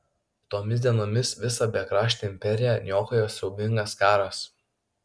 tomis dienomis visą bekraštę imperiją niokojo siaubingas karas